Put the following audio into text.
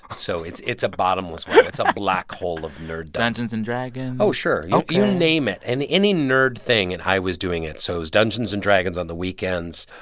so it's it's a bottomless well. it's a black hole of nerd. dungeons and dragons? oh, sure. you name it and any nerd thing and i was doing it. so it was dungeons and dragons on the weekends,